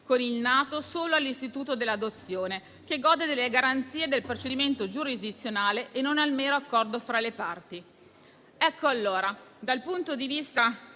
con il nato solo all'istituto dell'adozione, che gode delle garanzie del procedimento giurisdizionale e non al mero accordo fra le parti».